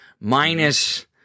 minus